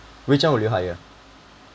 which one would you hire